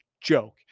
joke